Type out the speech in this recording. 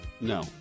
No